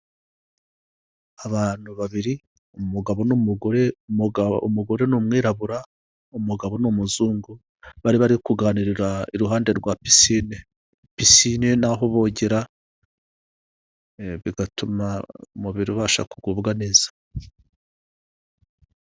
Abantu babiri umugabo n'umugore umugore ni umwirabura umugabo ni umuzungu, bari bari kuganirira iruhande rwa pisine. Pisine ni aho bogera ee bigatuma umubiri umererwa neza.